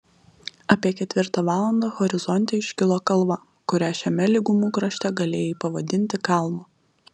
apie ketvirtą valandą horizonte iškilo kalva kurią šiame lygumų krašte galėjai pavadinti kalnu